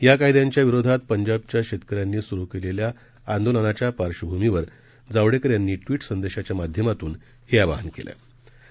याकायद्यांच्याविरोधातपंजाबच्याशेतकऱ्यांनीसुरुकेलेल्याआंदोलनाच्यापार्श्वभूमीवरजावडकेरयांनीट्विटसंदेशाच्यामाध्यमातूनहेआवाहनके लं